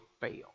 fail